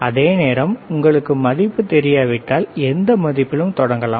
அதேநேரம் உங்களுக்கு மதிப்பு தெரியாவிட்டால் எந்த மதிப்பிலும் தொடங்கலாம்